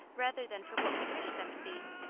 rather than for what we wish them to be.